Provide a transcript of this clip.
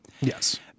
Yes